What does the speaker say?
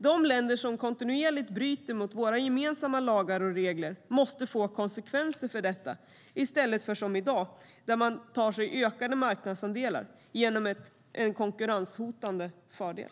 De länder som kontinuerligt bryter mot våra gemensamma lagar och regler måste få känna på konsekvenser för detta i stället för att som i dag ta sig ökade marknadsandelar genom en konkurrenshotande fördel.